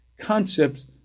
concepts